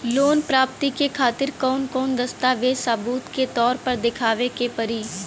Loan प्राप्ति के खातिर कौन कौन दस्तावेज सबूत के तौर पर देखावे परी?